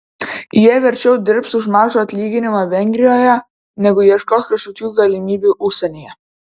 jie verčiau dirbs už mažą atlyginimą vengrijoje negu ieškos kažkokių galimybių užsienyje